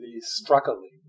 struggling